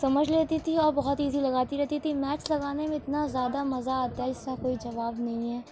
سمجھ لیتی تھی اور بہت ایزی لگاتی رہتی تھی میتھس لگانے میں اتنا زیادہ مزہ آتا ہے جس کوئی جواب نہیں ہے